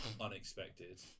unexpected